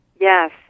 Yes